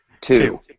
Two